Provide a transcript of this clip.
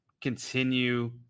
continue